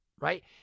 right